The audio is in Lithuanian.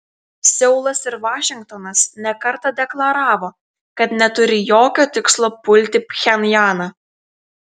seulas ir vašingtonas ne kartą deklaravo kad neturi jokio tikslo pulti pchenjaną